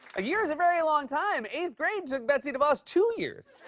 a year is a very long time. eighth grade took betsy devos two years.